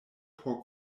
por